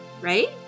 right